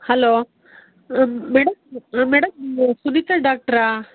hello madam madam ನೀವು ಸುನೀತ ಡಾಕ್ಟ್ರ